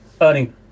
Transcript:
earning